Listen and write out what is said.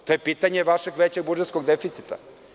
To je pitanje vašeg većeg budžetskog deficita.